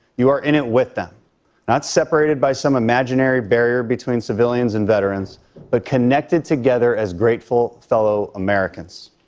you are in it with them not separated by some imaginary barrier between civilians and veterans but connected together as grateful fellow americans.